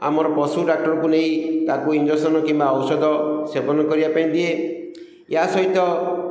ଆମର ପଶୁ ଡାକ୍ଟରକୁ ନେଇ ତାକୁ ଇଞ୍ଜେକ୍ସନ୍ କିମ୍ବା ଔଷଧ ସେବନ କରିବା ପାଇଁ ଦିଏ ୟା ସହିତ